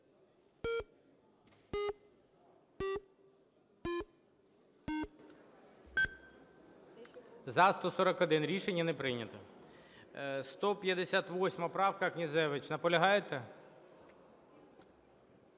За-141 Рішення не прийнято. 158 правка, Князевич. Наполягаєте?